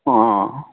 অঁ